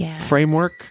framework